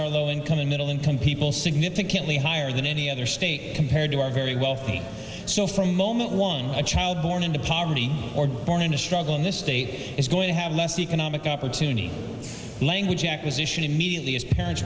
are low income and middle income people significantly higher than any other state compared to our very wealthy so from moment one a child born into poverty or born into struggle in this state is going to have less economic opportunity language acquisition immediately as parents